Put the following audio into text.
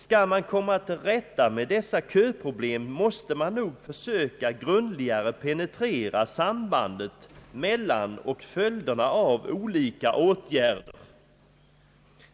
Skall man komma till rätta med dessa köproblem måste man nog försöka grundligare penetrera sambandet mellan och följderna av olika åtgärder.